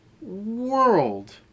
world